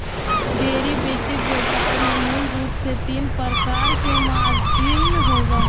derivative व्यापार में मूल रूप से तीन प्रकार के मार्जिन होबो हइ